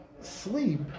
Sleep